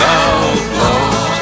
outlaws